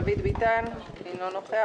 דוד ביטן, אינו נוכח.